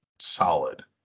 solid